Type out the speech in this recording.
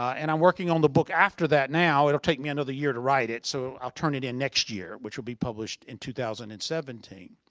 and i'm working on the book after that now it'll take me and another year to write it, so i'll turn it in next year, which will be published in two thousand and seventeen.